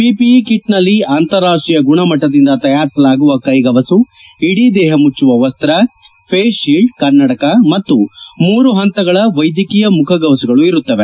PPE ಕಿಟ್ನಲ್ಲಿ ಅಂತಾರಾಷ್ಷೀಯ ಗುಣಮಟ್ಟದಿಂದ ತಯಾರಿಸಲಾಗುವ ಕೈಗವಸು ಇಡೀ ದೇಪ ಮುಚ್ಚುವ ವಸ್ತು ಫೇಸ್ ತೀಲ್ವ್ ಕನ್ನಡಕ ಮತ್ತು ಮೂರು ಹಂತಗಳ ವೈದ್ಯಕೀಯ ಮುಖಗವಸುಗಳು ಇರುತ್ತವೆ